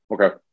okay